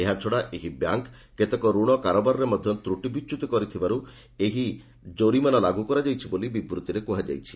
ଏହାଛଡ଼ା ଏହି ବ୍ୟାଙ୍କ୍ କେତେକ ରଣ କାରବାରରେ ମଧ୍ୟ ତ୍ରଟିବିଚ୍ୟୁତି କରିଥିବାର୍ ଏହି ଜରିମାନା ଲାଗୁ କରାଯାଇଛି ବୋଲି ବିବୃତିରେ କୁହାଯାଇଛି